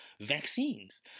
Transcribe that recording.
vaccines